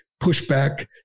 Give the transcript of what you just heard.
pushback